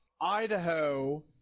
Idaho